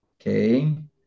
okay